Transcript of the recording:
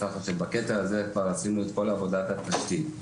כך שבקטע הזה כבר עשינו את כל עבודת התשתית.